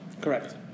Correct